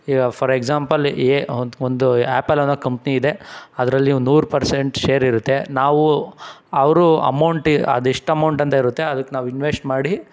ಈಗ for example a ಒಂದು Apple ಅನ್ನೋ ಕಂಪ್ನಿ ಇದೆ ಅದರಲ್ಲಿ ಒಂದು ನೂರು ಪರ್ಸೆಂಟ್ ಶೇರ್ ಇರುತ್ತೆ ನಾವು ಅವರು ಅಮೌಂಟಿ ಅದು ಎಷ್ಟು ಅಮೌಂಟ್ ಅಂತ ಇರುತ್ತೆ ಅದಕ್ಕೆ ನಾವು ಇನ್ವೆಶ್ಟ್ ಮಾಡಿ